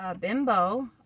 bimbo